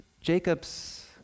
Jacob's